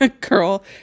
girl